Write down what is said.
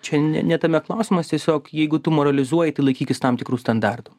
čia ne ne tame klausimas tiesiog jeigu tu moralizuoji tai laikykis tam tikrų standartų